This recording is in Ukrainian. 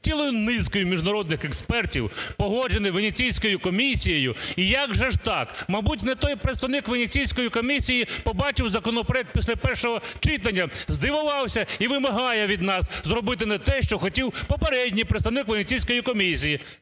цілою низкою міжнародних експертів, погоджений Венеційською комісією. І як же ж так? Мабуть, не той представник Венеційської комісії побачив законопроект після першого читання, здивувався – і вимагає від нас зробити не те, що хотів попередній представник Венеційської комісії.